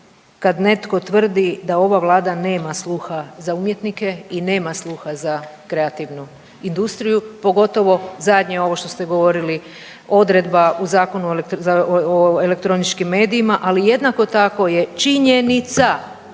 kad netko tvrdi da ova Vlada nema sluha za umjetnike i nema sluha za kreativnu industriju, pogotovo zadnje ovo što ste govorili odredba u Zakonu o elektroničkim medijima, ali jednako tako je činjenica,